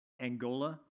Angola